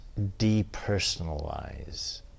depersonalize